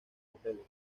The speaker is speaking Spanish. hoteles